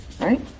Right